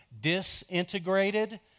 disintegrated